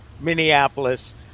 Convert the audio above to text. Minneapolis